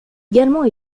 également